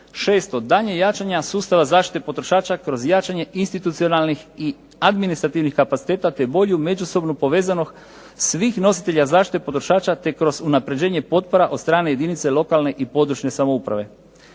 daljnja jačanja sustava zaštite potrošača kroz jačanje institucionalnih i administrativnih kapaciteta te bolju međusobnu povezanost svih nositelja zaštite potrošača te kroz unapređenje potpora od strane jedinice lokalne i područne samouprave.